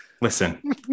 Listen